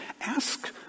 ask